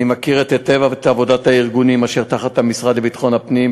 אני מכיר היטב את עבודת הארגונים אשר תחת המשרד לביטחון הפנים,